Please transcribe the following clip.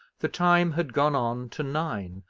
the time had gone on to nine,